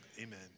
Amen